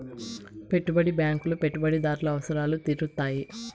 పెట్టుబడి బ్యాంకులు పెట్టుబడిదారుల అవసరాలు తీరుత్తాయి